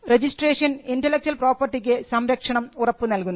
registration intellectual പ്രോപ്പർട്ടിക്ക് സംരക്ഷണം ഉറപ്പു നൽകുന്നു